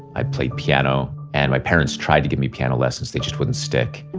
i played piano. and my parents tried to get me piano lessons, they just wouldn't stick.